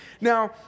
Now